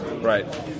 Right